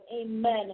amen